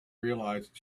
realized